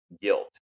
guilt